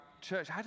church